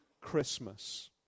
Christmas